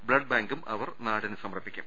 blood ബാങ്കും അവർ നാടിന് സമർപ്പിക്കും